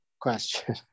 question